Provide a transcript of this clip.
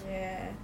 ya